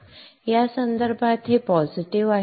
या संदर्भात हे पॉझिटिव्ह आहे